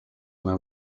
when